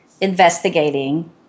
investigating